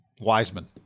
Wiseman